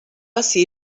ací